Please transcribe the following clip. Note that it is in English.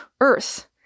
Earth